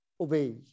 obey